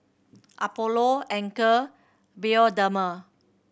Apollo Anchor Bioderma